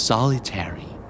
Solitary